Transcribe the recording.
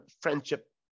friendship